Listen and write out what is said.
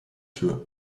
tür